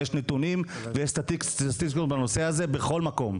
ויש נתונים ויש סטטיסטיקות בנושא הזה בכל מקום.